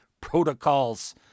protocols